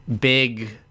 big